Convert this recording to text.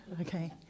okay